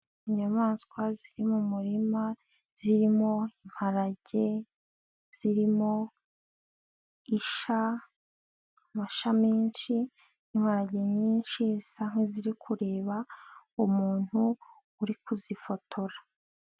Inyamaswa ziri mu murima zirimo imparage, zirimo isha, amasha menshi n'imparage nyinshi zisa nk'iziri kureba umuntu uri kuzifotora.